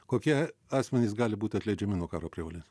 kokie asmenys gali būt atleidžiami nuo karo prievolės